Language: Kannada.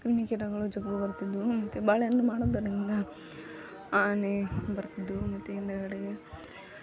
ಕ್ರಿಮಿ ಕೀಟಗಳು ಜಗ್ಗು ಬರುತ್ತಿದ್ದವು ಮತ್ತೆ ಬಾಳೆ ಹಣ್ಣು ಮಾಡುವುದರಿಂದ ಆನೆ ಬರ್ತಿದ್ದೊ ಮತ್ತೆ ಹಿಂದುಗಡೆಗೆ